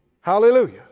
Hallelujah